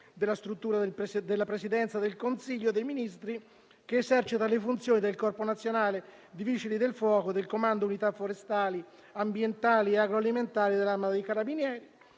della Presidenza del Consiglio dei ministri, che esercita le funzioni del Corpo nazionale dei vigili del fuoco, dal comando unità forestali, ambientali e agroalimentari dell'Arma dei carabinieri,